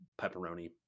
pepperoni